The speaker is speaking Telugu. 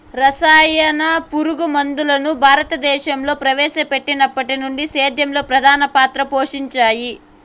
రసాయన పురుగుమందులు భారతదేశంలో ప్రవేశపెట్టినప్పటి నుండి సేద్యంలో ప్రధాన పాత్ర పోషించాయి